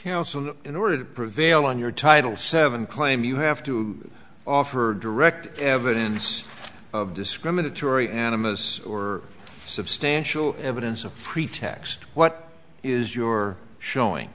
terminations in order to prevail on your title seven claim you have to offer direct evidence of discriminatory animists or substantial evidence of pretext what is your showing